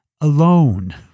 alone